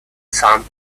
sand